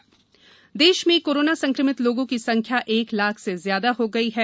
Covid update देश में corona संक्रमित लोगों की संख्या एक लाख से ज्यादा हो गई है